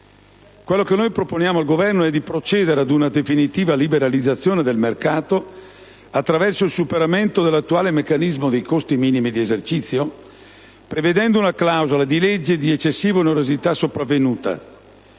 Quello che noi proponiamo al Governo è di procedere ad una definitiva liberalizzazione del mercato attraverso il superamento dell'attuale meccanismo dei costi minimi di esercizio, prevedendo una clausola di legge di eccessiva onerosità sopravvenuta